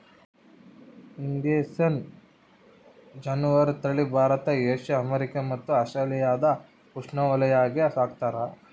indicine ಜಾನುವಾರು ತಳಿ Bharat Asia America ಮತ್ತು ಆಸ್ಟ್ರೇಲಿಯಾದ ಉಷ್ಣವಲಯಾಗ ಸಾಕ್ತಾರ